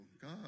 God